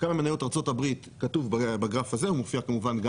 כאן מניות ארצות הברית מופיע כמובן בגרף הזה,